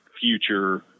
future